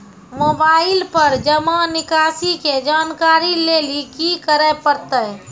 Mobile पर जमा निकासी के जानकरी लेली की करे परतै?